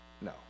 No